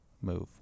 move